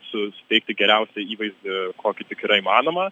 su suteikti geriausią įvaizdį kokį tik yra įmanoma